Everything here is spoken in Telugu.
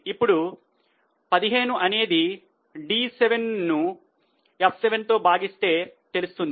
ఇప్పుడు మార్చి 15 అనేది D7 ను F7 భాగిస్తే తెలుస్తుంది